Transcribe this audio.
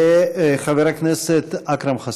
וחבר הכנסת אכרם חסון.